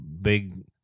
big